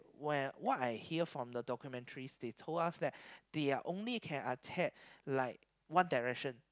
while what I hear from the documentary states told us that they are only can attack like One Direction